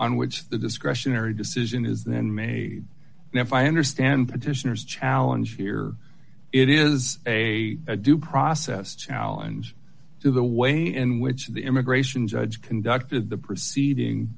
on which the discretionary decision is then made and if i understand petitioners challenge here it is a due process to challenge to the way in which the immigration judge conducted the proceeding